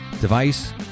device